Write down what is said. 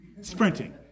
Sprinting